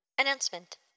Announcement